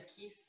keys